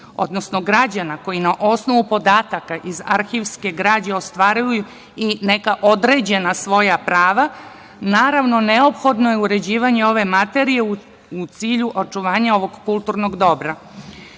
odnosno građana koji na osnovu podataka iz arhivske građe ostvaruju i neka određena svoja prava. Naravno, neophodno je uređivanje ove materije u cilju očuvanja ovog kulturnog dobra. Još